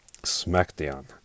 Smackdown